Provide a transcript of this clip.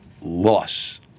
loss